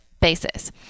basis